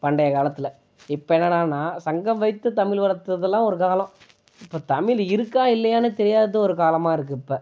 பண்டைய காலத்தில் இப்போ என்னடானா சங்கம் வைத்து தமிழ் வளர்த்ததுல்லாம் ஒரு காலம் இப்போ தமிழ் இருக்கா இல்லையானு தெரியாதது ஒரு காலமாக இருக்குது இப்போ